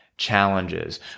challenges